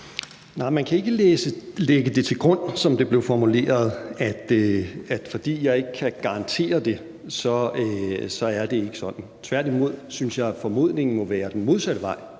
man kan ikke, som det blev formuleret, lægge til grund, at fordi jeg ikke kan garantere det, så er det ikke sådan. Tværtimod synes jeg, at formodningen må være det modsatte,